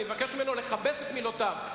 אני אבקש ממנו לכבס את מילותיו.